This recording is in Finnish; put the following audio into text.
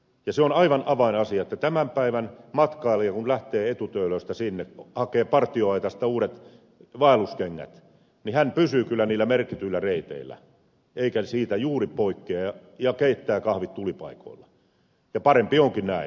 se on aivan avainasia että kun tämän päivän matkailija lähtee etu töölöstä sinne hakee partioaitasta uudet vaelluskengät niin hän pysyy kyllä niillä merkityillä reiteillä eikä niistä juuri poikkea ja keittää kahvit tulipaikoilla ja parempi onkin näin